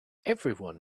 everyone